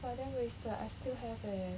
!wah! damn wasted I still have eh